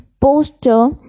poster